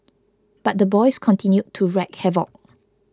but the boys continued to wreak havoc